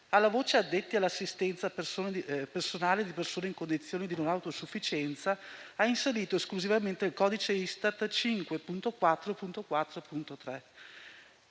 alla voce addetti all'assistenza personale di persone in condizioni di non autosufficienza ha inserito esclusivamente il codice Istat 5.4.4.3.